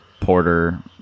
porter